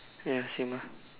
ya same ah